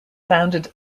founded